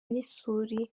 n’isuri